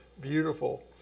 beautiful